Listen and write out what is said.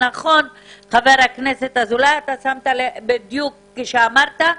חבר הכנסת אזולאי, בדיוק כפי שאמרת,